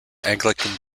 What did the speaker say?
anglican